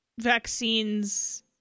vaccines